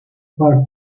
part